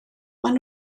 maen